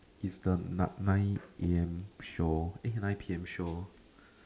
its the nine nine A_M show eh nine P_M show